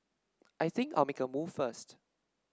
I think I'll make a move first